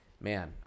man